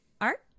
art